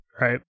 right